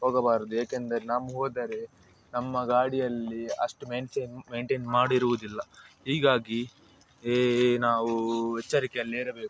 ಹೋಗಬಾರದು ಏಕೆಂದರೆ ನಾವು ಹೋದರೆ ನಮ್ಮ ಗಾಡಿಯಲ್ಲಿ ಅಷ್ಟು ಮೇಯ್ನ್ಚೇನ್ ಮೇಯ್ನ್ಟೇನ್ ಮಾಡಿರುವುದಿಲ್ಲ ಹೀಗಾಗಿ ಈ ನಾವು ಎಚ್ಚರಿಕೆಯಲ್ಲಿರಬೇಕು